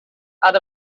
out